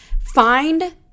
Find